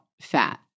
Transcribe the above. fat